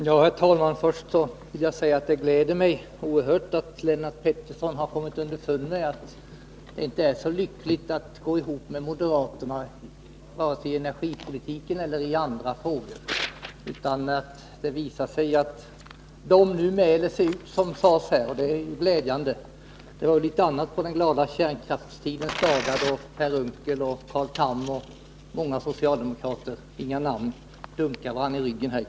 Herr talman! Det gläder mig oerhört att Lennart Pettersson har kommit underfund med att det inte är så lyckat att gå ihop med moderaterna, varken när det gäller energipolitiken eller i andra frågor. Det visar sig att de nu, som det sades här, mäler sig ut. Detta är glädjande. Annat var det på den glada kärnkraftstidens dagar, då Per Unckel, Carl Tham och många socialdemokrater —-inga namn nämnda -— här i kammaren dunkade varandra i ryggen.